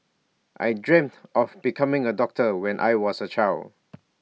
I dreamt of becoming A doctor when I was A child